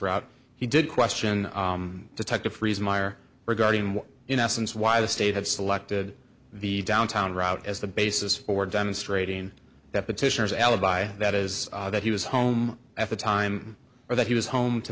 route he did question detective reason meyer regarding what in essence why the state had selected the downtown route as the basis for demonstrating that petitioners alibi that is that he was home at the time or that he was home to